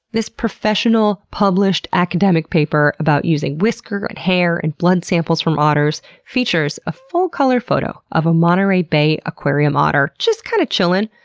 this professional, published, academic paper about using whisker, and hair, and blood samples from otters features a full-color photo of a monterrey bay aquarium otter just, kind of, chillin',